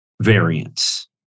variance